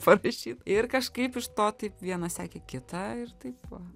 parašyt ir kažkaip iš to taip viena sekė kitą ir taip va